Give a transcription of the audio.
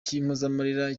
cy’impozamarira